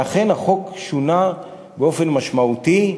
ואכן החוק שונה באופן משמעותי.